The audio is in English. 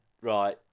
right